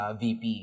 vp